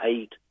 eight